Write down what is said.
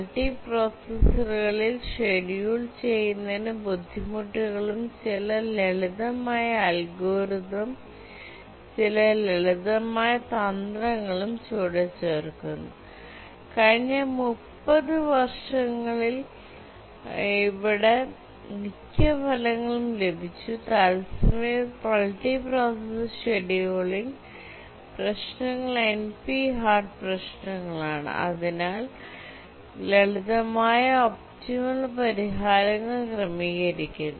മൾട്ടിപ്രൊസസ്സറുകളിൽ schedule ചെയ്യുന്നതിന് ബുദ്ധിമുട്ടുകളും ചില ലളിതമായ അൽഗോരിത്തും ചില ലളിതമായ തന്ത്രങ്ങളും ചുവടെ ചേർക്കുന്നു കഴിഞ്ഞ 30 വർഷത്തിനുള്ളിൽ ഇവിടെ മിക്ക ഫലങ്ങളും ലഭിച്ചു തത്സമയ മൾട്ടിപ്രൊസസ്സർ ഷെഡ്യൂളിംഗ് പ്രശ്നങ്ങൾ എൻപി ഹാർഡ് പ്രശ്നങ്ങളാണ് അതിനാൽ ലളിതമായ ഒപ്റ്റിമൽ പരിഹാരങ്ങൾ ക്രമീകരിക്കരുത്